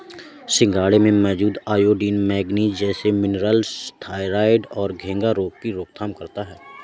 सिंघाड़े में मौजूद आयोडीन, मैग्नीज जैसे मिनरल्स थायरॉइड और घेंघा रोग की रोकथाम करता है